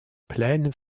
pleines